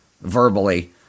verbally